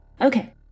Okay